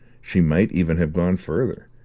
she might even have gone further,